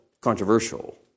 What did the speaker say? controversial